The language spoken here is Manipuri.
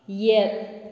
ꯌꯦꯠ